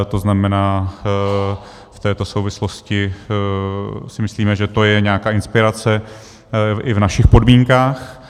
To znamená, v této souvislosti si myslíme, že to je nějaká inspirace i v našich podmínkách.